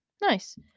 nice